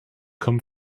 come